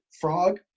frog